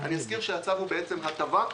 אזכיר שהצו הוא הטבה,